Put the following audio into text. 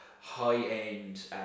high-end